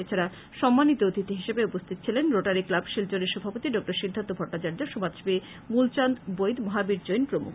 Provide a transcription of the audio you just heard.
এছাড়া সম্মানিত অতিথি হিসেবে উপস্থিত ছিলেন রোটারি ক্লাব শিলচরের সভাপতি ডঃ সিদ্ধার্থ ভট্টাচার্য সমাজসেবী মূলচাঁদ বৈদ মহাবীর জৈন প্রমুখ